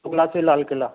اوکھلا سے لال قلعہ